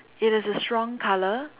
it is a strong colour